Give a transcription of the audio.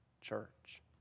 church